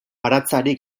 baratzari